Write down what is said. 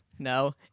No